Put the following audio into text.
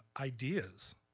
ideas